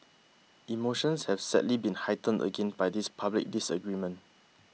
emotions have sadly been heightened again by this public disagreement